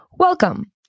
Welcome